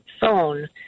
phone